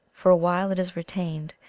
for a while it is retained,